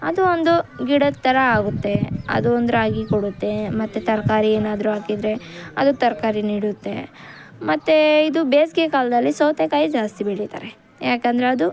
ಅದು ಒಂದು ಗಿಡದ ಥರ ಆಗುತ್ತೆ ಅದು ಒಂದು ರಾಗಿ ಕೊಡುತ್ತೆ ಮತ್ತೆ ತರಕಾರಿ ಏನಾದರೂ ಹಾಕಿದ್ರೆ ಅದು ತರಕಾರಿ ನೀಡುತ್ತೆ ಮತ್ತು ಇದು ಬೇಸಿಗೆಕಾಲ್ದಲ್ಲಿ ಸೌತೆಕಾಯಿ ಜಾಸ್ತಿ ಬೆಳೀತಾರೆ ಏಕೆಂದ್ರೆ ಅದು